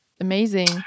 amazing